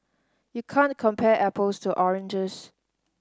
you can't compare apples to oranges